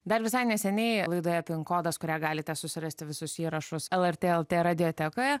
dar visai neseniai laidoje kodas kurią galite susirasti visus įrašus lrt lt radiotekoje